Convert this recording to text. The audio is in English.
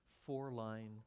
four-line